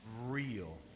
real